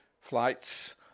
flights